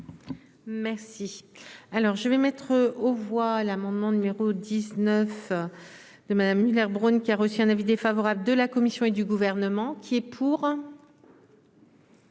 Merci. Alors, je vais mettre aux voix l'amendement numéro 19 de Madame Müller, Bronn, qui a reçu un avis défavorable de la Commission et du gouvernement. Qui est pour.